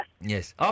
Yes